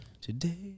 Today